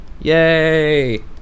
Yay